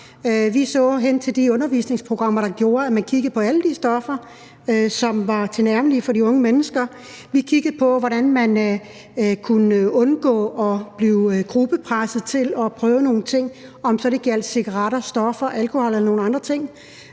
Vi så på de undervisningsprogrammer, der gjorde, at man kiggede på alle de stoffer, som var tilgængelige for de unge mennesker. Vi kiggede på, hvordan man kunne undgå at blive gruppepresset til at prøve nogle ting, om det så gjaldt cigaretter, stoffer, alkohol eller nogle andre ting.